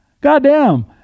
goddamn